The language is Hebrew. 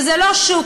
זה לא שוק.